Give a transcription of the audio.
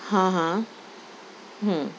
ہاں ہاں ہوں